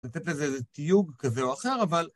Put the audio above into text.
לתת לזה איזה תיוג כזה או אחר, אבל...